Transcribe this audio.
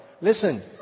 Listen